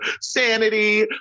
sanity